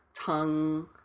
tongue